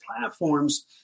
platforms